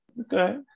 Okay